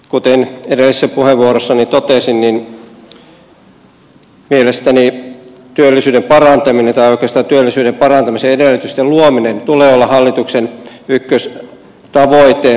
kuten edellisessä puheenvuorossani totesin niin mielestäni työllisyyden parantamisen tai oikeastaan työllisyyden parantamisen edellytysten luomisen tulee olla hallituksen ykköstavoite